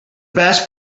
best